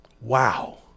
Wow